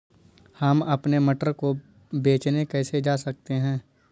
हम अपने मटर को बेचने कैसे जा सकते हैं?